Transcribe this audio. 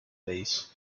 blaze